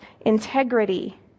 integrity